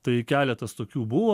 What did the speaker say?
tai keletas tokių buvo